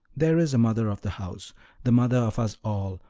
there is a mother of the house the mother of us all,